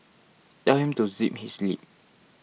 tell him to zip his lip